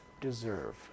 deserve